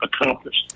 accomplished